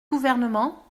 gouvernement